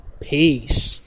Peace